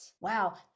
wow